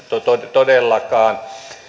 todellakaan